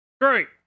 Great